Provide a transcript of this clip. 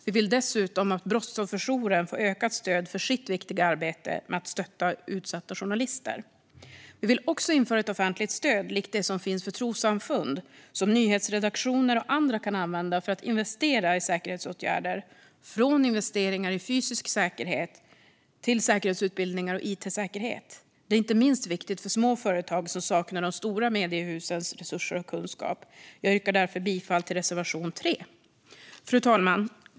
Vi vill dessutom att brottsofferjourerna får ökat stöd för sitt viktiga arbete med att stötta utsatta journalister. Vi vill också införa ett offentligt stöd, likt det som finns för trossamfund, som nyhetsredaktioner och andra kan använda för att investera i säkerhetsåtgärder, alltifrån investeringar i fysisk säkerhet till säkerhetsutbildningar och it-säkerhet. Det är inte minst viktigt för små företag som saknar de stora mediehusens resurser och kunskap. Jag yrkar därför bifall till reservation 3. Fru talman!